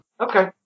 Okay